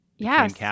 Yes